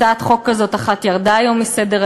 הצעת חוק אחת כזאת ירדה היום מסדר-היום,